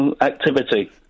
activity